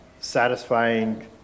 satisfying